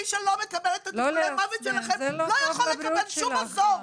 מי שלא מקבל את --- המוות שלכם לא יכול לקבל שום מזור!